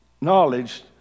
knowledge